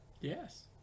Yes